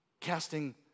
casting